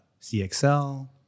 cxl